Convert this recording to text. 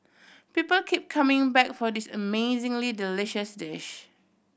people keep coming back for this amazingly delicious dish